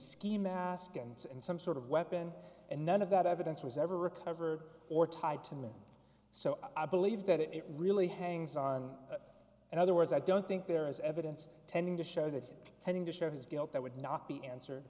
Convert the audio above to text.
ski mask and in some sort of weapon and none of that evidence was ever recovered or tied to me so i believe that it really hangs on and other words i don't think there is evidence tending to show that tending to show his guilt that would not be answer